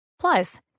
Plus